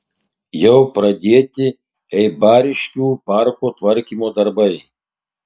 jau pradėti eibariškių parko tvarkymo darbai